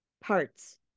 parts